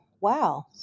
wow